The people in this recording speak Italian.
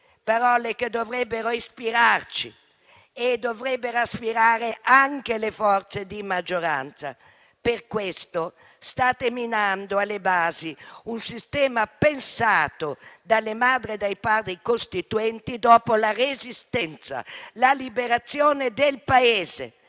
Parole che dovrebbero ispirarci e che dovrebbero ispirare anche le forze di maggioranza. Per questo state minando alle basi un sistema pensato dalle Madri e dai Padri costituenti dopo la Resistenza, la liberazione del Paese.